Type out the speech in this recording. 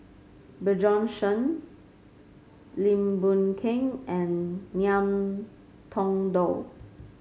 Bjorn Shen Lim Boon Keng and Ngiam Tong Dow